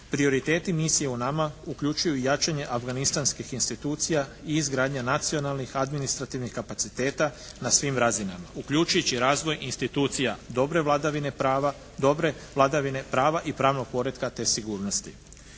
Prioriteti misije UNAMA uključuju i jačanje afganistanskih institucija i izgradnja nacionalnih administrativnih kapaciteta na svim razinama, uključujući razvoj institucija dobre vladavine prava i pravnog poretka te sigurnosti.